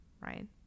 right